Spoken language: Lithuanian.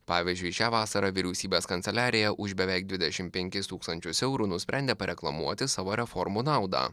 pavyzdžiui šią vasarą vyriausybės kanceliarija už beveik dvidešim penkis tūkstančius eurų nusprendė pareklamuoti savo reformų naudą